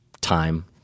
time